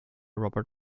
robert